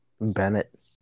Bennett